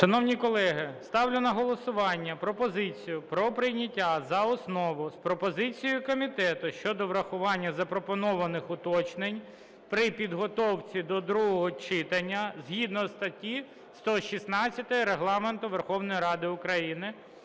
Шановні колеги, ставлю на голосування пропозицію про прийняття за основу з пропозицією комітету щодо врахування запропонованих уточнень при підготовці до другого читання згідно статті 116 Регламенту Верховної Ради України